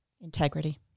Integrity